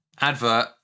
Advert